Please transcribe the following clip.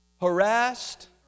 harassed